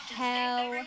hell